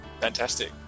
fantastic